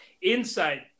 Inside